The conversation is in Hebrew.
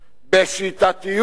בשיטתיות,